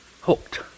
hooked